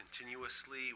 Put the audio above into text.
continuously